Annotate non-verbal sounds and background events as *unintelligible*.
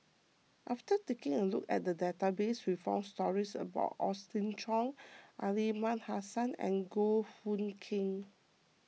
after taking a look at the database we found stories about Austen *unintelligible* Aliman Hassan and Goh Hood Keng